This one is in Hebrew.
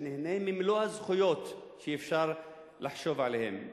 שנהנה ממלוא הזכויות שאפשר לחשוב עליהן.